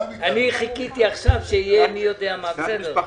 זה נושא